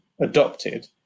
adopted